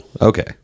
Okay